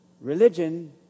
Religion